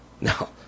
No